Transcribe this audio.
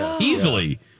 Easily